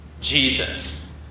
Jesus